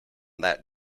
that